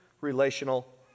relational